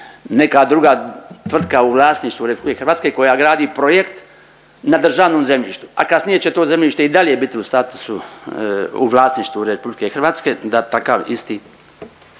neka druga tvrtka u vlasništvu RH koja gradi projekt na državnom zemljištu, a kasnije će to zemljište i dalje biti u statusu u vlasništvu RH da takav isti,